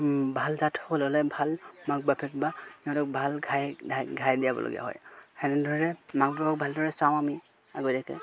ভাল জাত হ'ব হ'লে ভাল মাক বাপেক বা সিহঁতক ভাল ঘাই ঘাই ঘাই দিয়াবলগীয়া হয় সেনেদৰে মাক বাপেকক ভালদৰে চাওঁ আমি আগতীয়াকৈ